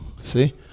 See